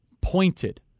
pointed